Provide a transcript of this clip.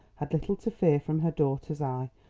had little to fear from her daughter's eye,